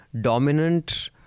dominant